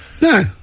No